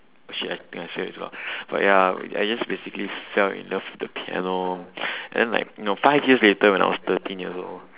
oh shit I think I said it too loud but ya I just basically fell in love with the piano and then like you know five years later when I was thirteen years old